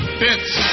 bits